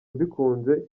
mbikunze